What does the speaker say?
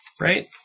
Right